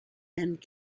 and